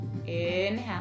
inhale